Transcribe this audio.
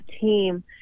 team